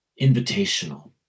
invitational